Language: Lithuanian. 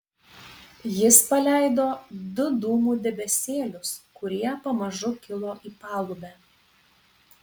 jis paleido du dūmų debesėlius kurie pamažu kilo į palubę